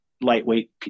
lightweight